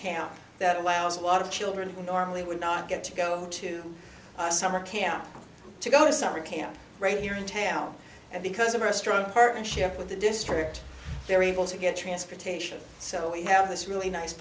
camp that allows a lot of children who normally would not get to go to summer camp to go to summer camp right here in town and because of our strong partnership with the district variables you get transportation so we have this really nice